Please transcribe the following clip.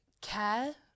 care